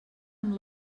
amb